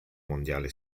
mondiale